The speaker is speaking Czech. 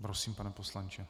Prosím, pane poslanče.